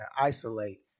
isolate